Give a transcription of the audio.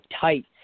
tight